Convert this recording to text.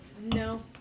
No